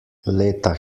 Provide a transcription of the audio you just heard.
leta